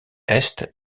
est